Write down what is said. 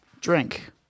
drink